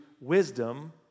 wisdom